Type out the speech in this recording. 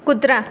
कुत्रा